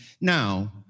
Now